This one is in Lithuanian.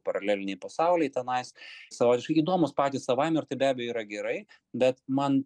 paraleliniai pasauliai tenais savotiškai įdomūs patys savaime ir tai be abejo yra gerai bet man